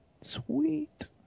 Sweet